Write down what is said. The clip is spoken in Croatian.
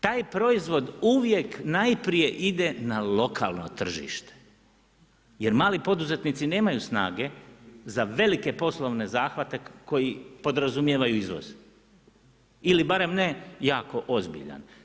Taj proizvod uvijek najprije ide na lokalno tržište jer mali poduzetnici nemaju snage za velike poslovne zahvate koji podrazumijevaju izvoz ili barem ne jako ozbiljan.